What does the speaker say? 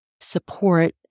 support